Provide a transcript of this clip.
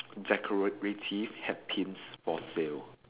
decorative hairpins for sale